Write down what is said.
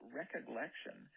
recollection